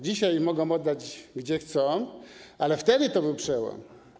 Dzisiaj mogą ją oddać, gdzie chcą, ale wtedy to był przełom.